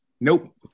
nope